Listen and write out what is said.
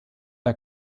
der